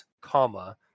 comma